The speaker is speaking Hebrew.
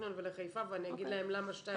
לטכניון ולחיפה ואני אגיד להם למה ---.